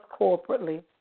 corporately